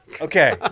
Okay